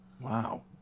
Wow